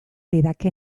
lidake